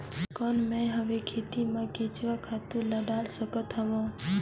कौन मैं हवे खेती मा केचुआ खातु ला डाल सकत हवो?